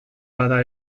bada